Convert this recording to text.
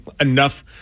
enough